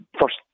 first